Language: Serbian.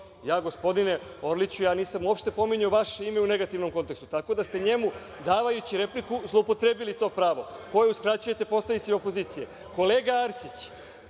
kontekstu. Gospodine Orliću, ja nisam uopšte pominjao vaše ime u negativnom kontekstu, tako da ste njemu davajući repliku zloupotrebili to pravo koje uskraćujete poslanicima opozicije. Kolega Arsić,